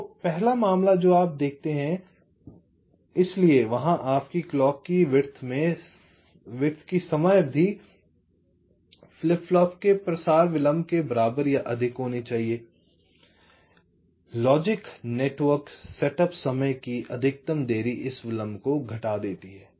तो पहला मामला जो आप दिखाते हैं इसलिए वहां आपकी क्लॉक की चौड़ाई की समयावधि फ्लिप फ्लॉप के प्रसार विलंब के बराबर या अधिक होनी चाहिए लॉजिक नेटवर्क सेटअप समय की अधिकतम देरी इस विलंब को घटा देती है